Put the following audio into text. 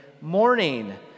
morning